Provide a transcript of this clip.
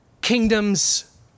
kingdoms